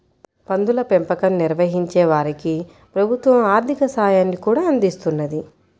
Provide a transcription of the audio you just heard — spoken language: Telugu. పందుల పెంపకం నిర్వహించే వారికి ప్రభుత్వం ఆర్ధిక సాయాన్ని కూడా అందిస్తున్నది